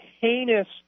heinous